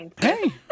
hey